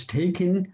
taken